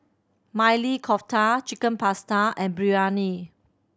Maili Kofta Chicken Pasta and Biryani